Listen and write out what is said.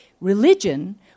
religion